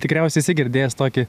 tikriausiai esi girdėjęs tokį